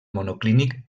monoclínic